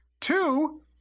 Two